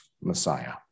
Messiah